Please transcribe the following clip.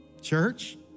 church